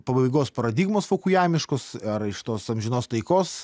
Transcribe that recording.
pabaigos paradigmos fokujamiškos ar iš tos amžinos taikos